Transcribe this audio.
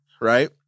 right